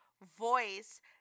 voice